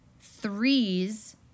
Threes